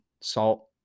salt